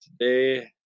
today